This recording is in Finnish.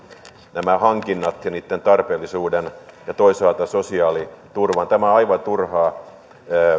nämä hankinnat ja niitten tarpeellisuuden ja toisaalta sosiaaliturvan tämä on aivan turhaa